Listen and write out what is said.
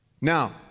Now